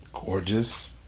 Gorgeous